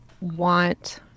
want